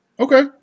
Okay